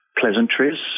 pleasantries